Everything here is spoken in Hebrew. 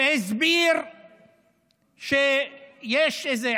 והסביר שיש איזה,